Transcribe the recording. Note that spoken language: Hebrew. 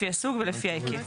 לפי הסוג ולפי ההיקף.